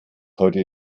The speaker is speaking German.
heute